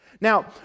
Now